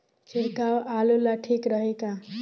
छिड़काव आलू ला ठीक रही का?